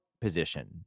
position